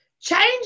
change